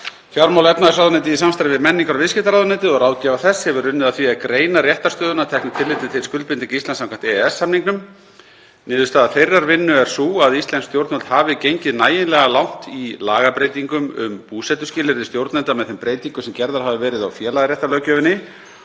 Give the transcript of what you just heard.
Fjármála- og efnahagsráðuneytið í samstarfi við menningar- og viðskiptaráðuneytið og ráðgjafa þess hefur unnið að því að greina réttarstöðuna að teknu tilliti til skuldbindinga Íslands samkvæmt EES-samningnum. Niðurstaða þeirrar vinnu er sú að íslensk stjórnvöld hafi gengið nægilega langt í lagabreytingum um búsetuskilyrði stjórnenda með þeim breytingum sem gerðar hafa verið á félagaréttarlöggjöfinni